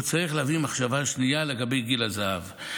צריך להביא מחשבה שנייה לגבי גיל הזהב.